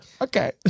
Okay